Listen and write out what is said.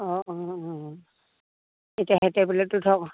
অঁ অঁ অঁ এতিয়াহে টেবলেতটো ধৰক